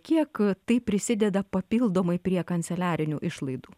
kiek tai prisideda papildomai prie kanceliarinių išlaidų